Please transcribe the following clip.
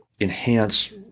enhance